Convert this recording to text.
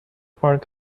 park